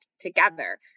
together